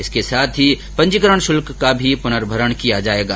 इसके साथ ही पंजीकरण शुल्क का भी पुनर्भरण किया जाएगा